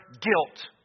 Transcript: guilt